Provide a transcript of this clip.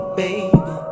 baby